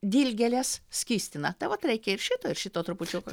dilgėlės skystina tai vat reikia ir šito ir šito trupučiuką